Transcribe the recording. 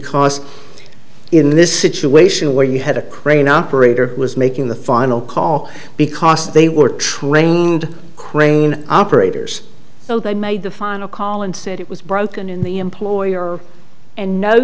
because in this situation where you had a crane operator was making the final call because they were trained crane operators so they made the final call and said it was broken in the employer and know